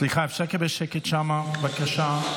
סליחה, אפשר לקבל שקט שם, בבקשה?